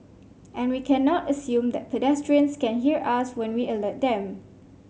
and we cannot assume that pedestrians can hear us when we alert them